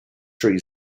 tree